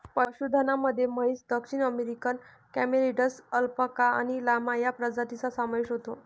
पशुधनामध्ये म्हैस, दक्षिण अमेरिकन कॅमेलिड्स, अल्पाका आणि लामा या प्रजातींचा समावेश होतो